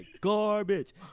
garbage